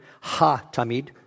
ha-tamid